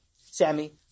Sammy